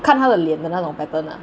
看他的脸的那种 pattern lah